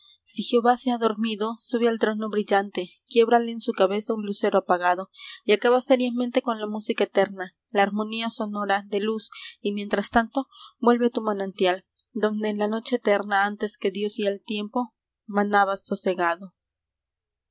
si jehová se ha dormido sube al trono brillante quiébrale en su cabeza un lucero apagado y acaba seriamente con la música eterna la harmonía sonora de luz y mientras tanto vuelve a tu manantial donde en la noche eterna antes que dios y el tiempo manabas sosegado